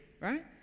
right